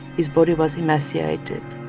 his body was emaciated.